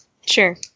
Sure